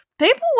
People